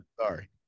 Sorry